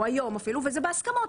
או היום אפילו וזה בהסכמות,